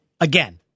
again